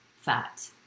fat